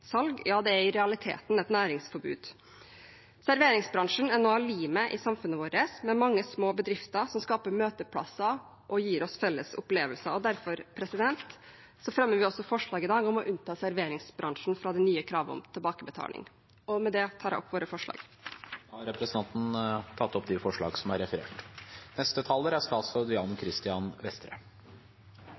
er i realiteten et næringsforbud. Serveringsbransjen er noe av limet i samfunnet vårt, med mange små bedrifter som skaper møteplasser og gir oss felles opplevelser. Derfor fremmer vi også forslag i dag om å unnta serveringsbransjen fra det nye kravet om tilbakebetaling. Med det tar jeg opp våre forslag. Representanten Une Bastholm har tatt opp de forslag hun refererte til. Jeg er glad for at det nå er